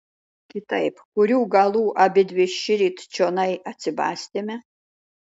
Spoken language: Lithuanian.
kitaip kurių galų abidvi šįryt čionai atsibastėme